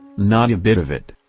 not a bit of it!